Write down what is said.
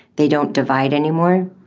they don't divide anymore,